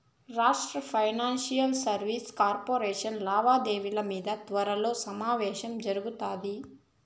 రాష్ట్ర financial services corporation లావాదేవిల మింద త్వరలో సమావేశం జరగతాది